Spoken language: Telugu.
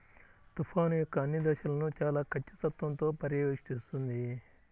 తుఫాను యొక్క అన్ని దశలను చాలా ఖచ్చితత్వంతో పర్యవేక్షిస్తుంది